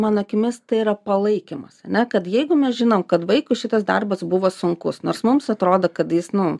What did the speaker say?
mano akimis tai yra palaikymas ane kad jeigu mes žinom kad vaikui šitas darbas buvo sunkus nors mums atrodo kad jis nu